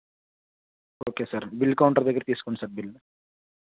okay sir bill counter దగ్గర తీసుకోండి sir bill